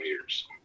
years